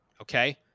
Okay